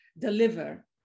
deliver